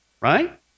Right